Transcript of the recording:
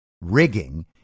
rigging